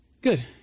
Good